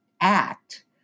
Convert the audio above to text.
act